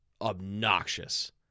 obnoxious